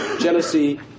jealousy